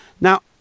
Now